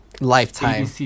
lifetime